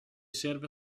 serve